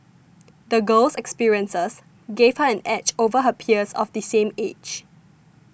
the girl's experiences gave her an edge over her peers of the same age